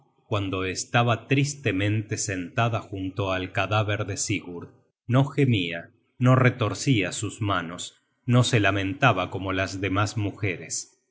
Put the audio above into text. cuando estaba tristemente sentada junto al cadáver de sigurd no gemia no retorcia sus manos no se lamentaba como las demas mujeres